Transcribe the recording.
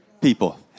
people